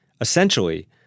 Essentially